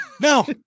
No